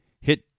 Hit